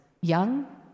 young